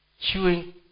chewing